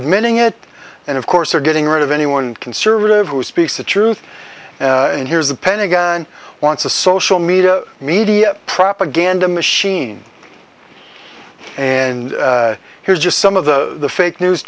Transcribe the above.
admitting it and of course they're getting rid of anyone conservative who speaks the truth and here's the pentagon wants a social media media propaganda machine and here's just some of the fake news